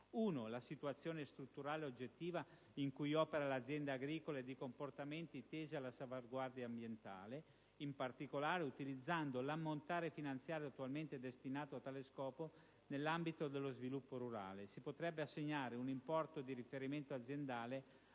dalla situazione strutturale oggettiva in cui opera l'azienda agricola e dai comportamenti tesi alla salvaguardia ambientale. In particolare, utilizzando l'ammontare finanziario attualmente destinato a tale scopo nell'ambito dello sviluppo rurale, si potrebbe assegnare un importo di riferimento aziendale